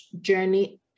journey